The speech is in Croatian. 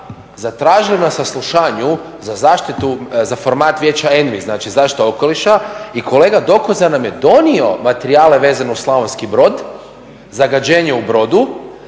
zatražili na saslušanju za formata vijeća … zaštita okoliša i kolega Dokoza nam je donio materijale vezano uz Slavonski Brod, zagađenje u Brodu